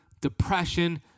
depression